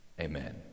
amen